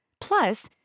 Plus